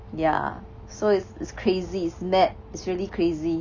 ya so it's it's crazy it's mad it's really crazy